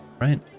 right